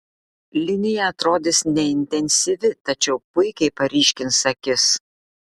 linija atrodys neintensyvi tačiau puikiai paryškins akis